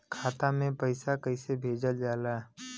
खाता में पैसा कैसे भेजल जाला?